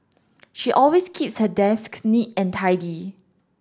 she always keeps her desk neat and tidy